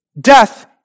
Death